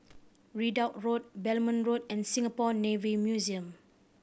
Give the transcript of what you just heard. Ridout Road Belmont Road and Singapore Navy Museum